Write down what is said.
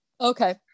Okay